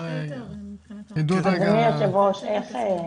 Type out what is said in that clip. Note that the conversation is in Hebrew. אדוני היושב-ראש, איך מתקדמים?